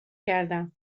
کردم